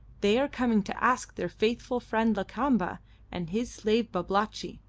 they are coming to ask their faithful friend lakamba and his slave babalatchi.